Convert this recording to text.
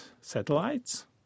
satellites